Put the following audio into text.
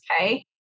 okay